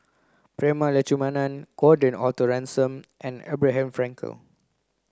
Prema Letchumanan Gordon Arthur Ransome and Abraham Frankel